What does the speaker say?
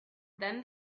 then